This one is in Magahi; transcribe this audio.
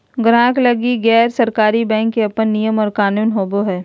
गाहक लगी गैर सरकारी बैंक के अपन नियम और कानून होवो हय